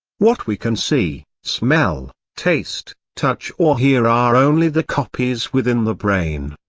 what we can see, smell, taste, touch or hear are only the copies within the brain.